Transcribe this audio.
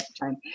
time